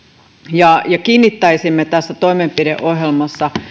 ja kiinnittää tässä toimenpideohjelmassa